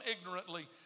ignorantly